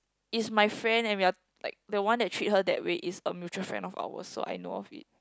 is my friend and we're like the one that treat her that way is a mutual friend of ours so I know of it